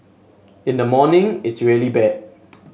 in the morning it's really bad